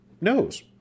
knows